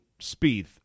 Spieth